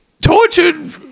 tortured